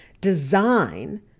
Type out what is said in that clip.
design